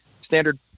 standard